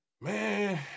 Man